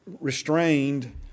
restrained